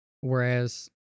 Whereas